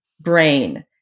brain